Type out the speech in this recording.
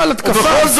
לא על התקפה, על סכסוך.